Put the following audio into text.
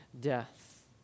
death